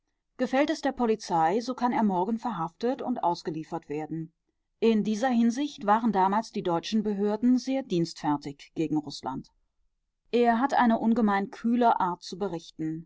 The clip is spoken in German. gefällt es der polizei so kann er morgen verhaftet und ausgeliefert werden in dieser hinsicht waren damals die deutschen behörden sehr dienstfertig gegen rußland er hat eine ungemein kühle art zu berichten